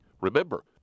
Remember